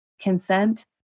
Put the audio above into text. consent